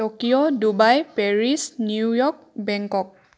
Tokyo Dubai Paris New York Bangkok